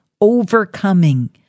overcoming